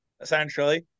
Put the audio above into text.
essentially